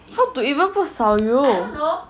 how to even put 少油